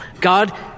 God